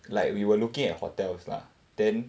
like we were looking at hotels lah then